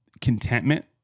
contentment